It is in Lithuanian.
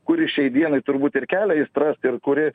kuris šiai dienai turbūt ir kelia aistras ir kuri